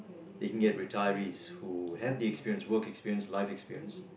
they can get retirees who have the experience work experience life experience